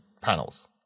panels